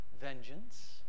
vengeance